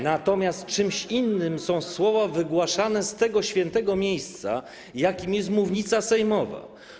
natomiast czymś innym są słowa wygłaszane z tego świętego miejsca, jakim jest mównica sejmowa.